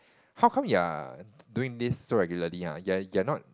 how come you're doing this so regularly !huh! you are you are not